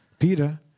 Peter